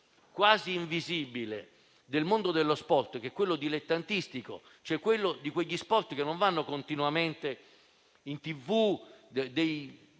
quasi invisibile, del mondo dello sport, che è quello dilettantistico, degli sport che non vanno continuamente in TV,